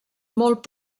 molt